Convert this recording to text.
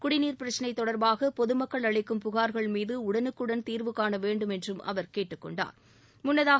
குடிநீர் பிரச்னை தொடர்பாக பொதுமக்கள் அளிக்கும் புகார்கள் மீது உடனுக்குடன் தீர்வுகாண வேண்டும் என்றும் அவர் கேட்டுக்கொண்டார் முன்னதாக